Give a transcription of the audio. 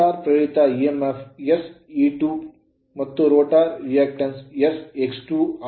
rotor ಪ್ರೇರಿತ emf sE2 ಮತ್ತು rotor reactance sX2 ಆಗಿದೆ